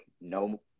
no –